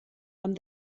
amb